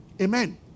Amen